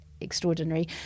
extraordinary